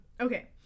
Okay